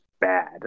bad